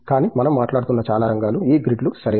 కానీ మనం మాట్లాడుతున్న చాలా రంగాలు ఈ గ్రిడ్లు సరియైనది